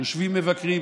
יושבים מבקרים,